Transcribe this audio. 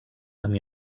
amb